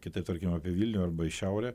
kitaip tarkim vilnių arba į šiaurę